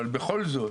אבל בכל זאת,